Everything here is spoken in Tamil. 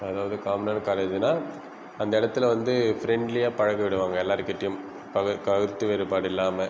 இப்போ அதாவது காமனான காலேஜ்னா அந்த இடத்துல வந்து ஃப்ரெண்ட்லியாக பழக விடுவாங்க எல்லோருகிட்டையும் கருத்து வேறுபாடு இல்லாமல்